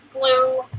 blue